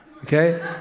okay